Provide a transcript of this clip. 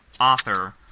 author